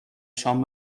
شام